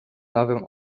nowym